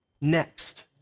next